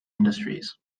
industries